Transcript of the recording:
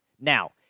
Now